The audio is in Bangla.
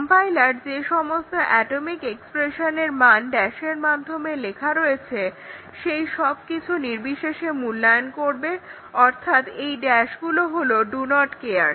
কম্পাইলার যে সমস্ত অ্যাটমিক এক্সপ্রেশনের মান ড্যাশের মাধ্যমে লেখা রয়েছে সেই সবকিছু নির্বিশেষে মূল্যায়ন করবে অর্থাৎ এই ড্যাশগুলো হলো ডু নট কেয়ার